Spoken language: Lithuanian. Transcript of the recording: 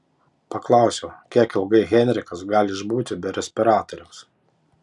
paklausiau kiek ilgai henrikas gali išbūti be respiratoriaus